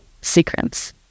Secrets